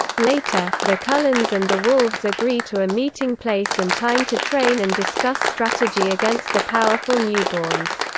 later, the cullens and the wolves agree to a meeting place and time to train and discuss strategy against the powerful newborns.